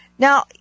Now